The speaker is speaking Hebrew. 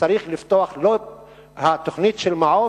שצריך לפתוח את תוכנית מעו"ף.